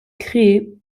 créée